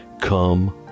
come